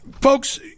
folks